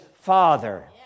Father